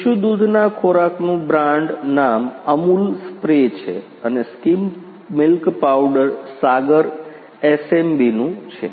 શિશુ દૂધના ખોરાકનું બ્રાન્ડ નામ અમુલ સ્પ્રે છે અને સ્કીમ મિલ્ક પાવડર સાગર એસએમબીનું છે